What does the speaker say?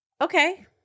Okay